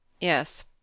Yes